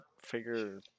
figure